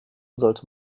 sollte